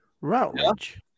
Routledge